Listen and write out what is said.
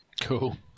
Cool